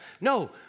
No